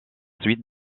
suite